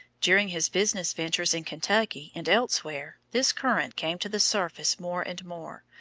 during his business ventures in kentucky and elsewhere this current came to the surface more and more,